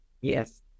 Yes